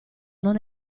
non